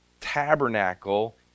tabernacle